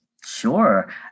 Sure